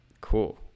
cool